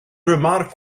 remark